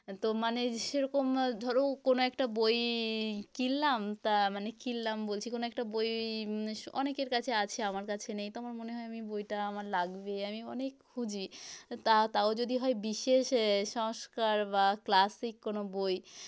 তো মানে সেরকম ধরোও কোনও একটা বই কিনলাম তা মানে কিনলাম বলছি কোনও একটা বই অনেকের কাছে আছে আমার কাছে নেই তখন আমার মনে হয় আমি বইটা আমার লাগবে আমি অনেক খুঁজি তা তাও যদি হয় বিশেষ এ সংস্কার বা ক্লাসিক কোনও বই